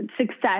success